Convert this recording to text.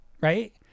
right